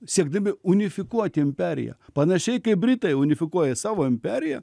siekdami unifikuoti imperiją panašiai kaip britai unifikuoja savo imperiją